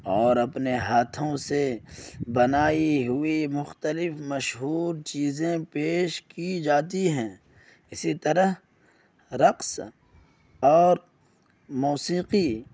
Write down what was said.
اور اپنے ہاتھوں سے بنائی ہوئی مختلف مشہور چیزیں پیش کی جاتی ہیں اسی طرح رقص اور موسیقی